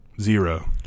zero